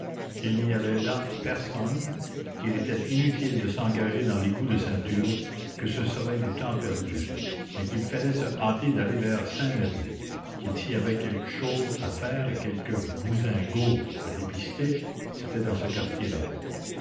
qu'il n'y avait là personne qu'il était inutile de s'engager dans l'égout de ceinture que ce serait du temps perdu mais qu'il fallait se hâter d'aller vers saint-merry que s'il y avait quelque chose à faire et quelque bousingot à dépister c'était dans ce quartier là